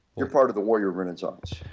you're part of the warrior renaissance,